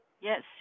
Yes